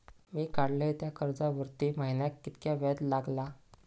मी काडलय त्या कर्जावरती महिन्याक कीतक्या व्याज लागला?